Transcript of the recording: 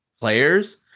players